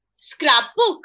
scrapbook